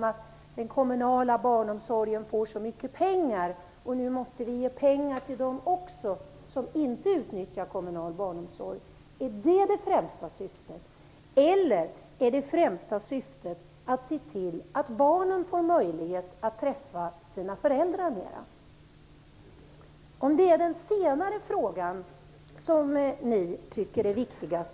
Ni talar om att den kommunala barnomsorgen får så mycket pengar och att man nu också måste ge pengar till dem som inte utnyttjar den. Är detta det främsta syftet? Eller är det främsta syftet att barnen skall få möjlighet att träffa sina föräldrar mer? Jag hoppas att ni tycker att den senare frågan är viktigast,